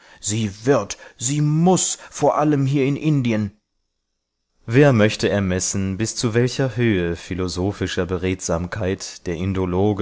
sie wird sie muß vor allem hier in indien wer möchte ermessen bis zu welcher höhe philosophischer beredsamkeit der